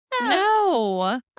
No